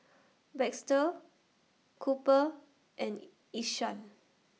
Baxter Cooper and Ishaan